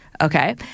Okay